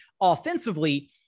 offensively